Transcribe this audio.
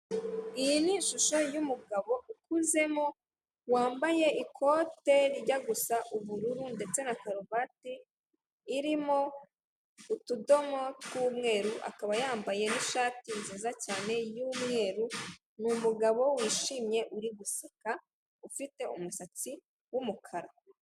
Iyi ni ishusho y'umugabo ukuzemo wambaye ikote rijya gusa n'ubururu ndetse na karuvati irimo utudomo twumweru akaba yambaye n'ishati nziza cyane y'umweru ni umugabo wishimye uri gusuka ufite umusatsi w'umukara.